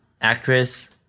actress